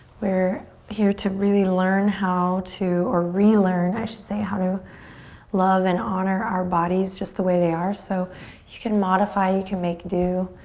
we're here to really learn how to or relearn i should say how to love and honor our bodies just the way they are so you can modify, you can make do.